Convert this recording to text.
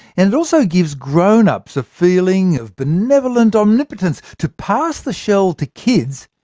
and it also gives grown-ups a feeling of benevolent omnipotence to pass the shell to kids,